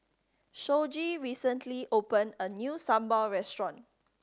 Shoji recently opened a new sambal restaurant